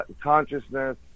consciousness